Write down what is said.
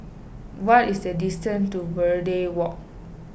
what is the distance to Verde Walk